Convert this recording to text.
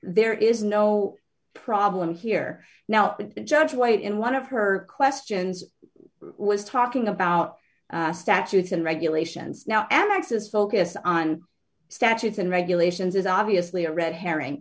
there is no problem here now judge white in one of her questions was talking about statutes and regulations now amex's focus on statutes and regulations is obviously a red herring